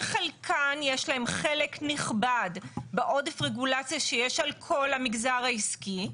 שחלקן יש להן חלק נכבד בעודף רגולציה שיש על כל המגזר העסקי,